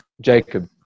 Jacob